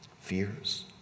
fears